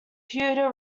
puerto